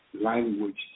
language